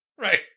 Right